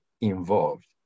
involved